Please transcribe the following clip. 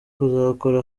kuzakora